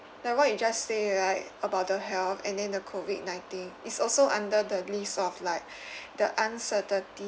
like what you just say right about the health and then the COVID-nineteen is also under the list of like the uncertainty